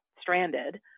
stranded